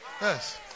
Yes